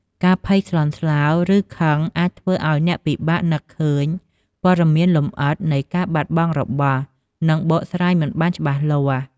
ការភ័យស្លន់ស្លោ ឬខឹងអាចធ្វើឲ្យអ្នកពិបាកនឹកឃើញព័ត៌មានលម្អិតនៃការបាត់បង់របស់ និងបកស្រាយមិនបានច្បាស់លាស់។